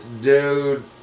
Dude